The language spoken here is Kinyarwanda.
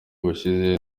ubushize